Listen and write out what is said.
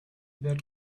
that